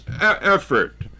effort